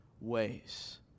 ways